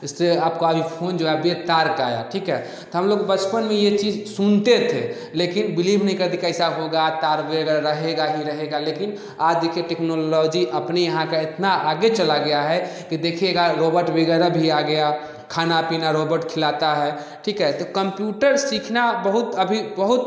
इससे आपका अभी फोन जो है अब ये तार का आया ठीक है तो हम लोग बचपन में ये चीज सुनते थे लेकिन बिलीव नही करते थे कि ऐसा होगा तार वगैरह रहेगा ही रहेगा लेकिन आज देखिए टेक्नोलॉजी अपने यहाँ का इतना आगे चला गया है कि देखिएगा रोबट वगैरह भी आ गया खाना पीना रोबट खिलाता है ठीक है तो कंप्यूटर सीखना बहुत अभी बहुत